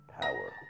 power